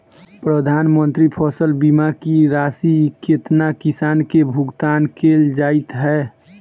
प्रधानमंत्री फसल बीमा की राशि केतना किसान केँ भुगतान केल जाइत है?